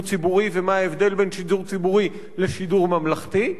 ציבורי ומה ההבדל בין שידור ציבורי לשידור ממלכתי.